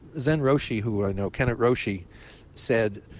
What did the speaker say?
zen roshi who i know kennett roshi said,